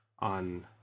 on